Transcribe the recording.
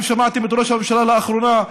אם שמעתם את ראש הממשלה לאחרונה,